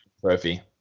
Trophy